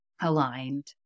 aligned